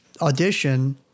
audition